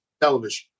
television